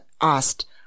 asked